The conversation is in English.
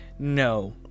No